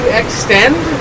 extend